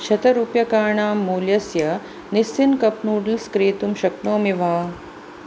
शतरूप्यकाणां मूल्यस्य निस्सिन् cup noodles क्रेतुं शक्नोमि वा